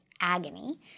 agony